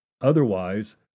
Otherwise